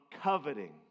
coveting